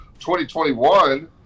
2021